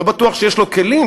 לא בטוח שיש לו כלים,